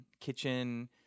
kitchen